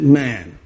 man